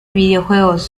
videojuegos